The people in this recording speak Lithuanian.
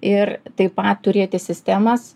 ir taip pat turėti sistemas